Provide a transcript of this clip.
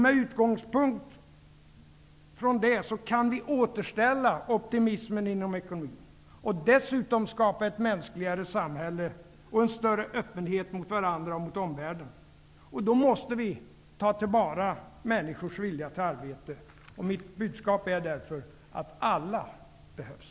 Med utgångspunkt i det kan vi återställa optimismen inom ekonomin. Dessutom kan vi skapa ett mänskligare samhälle och en större öppenhet mot varandra och mot omvärlden. Då måste vi ta till vara människors vilja till arbete. Mitt budskap är därför att alla behövs.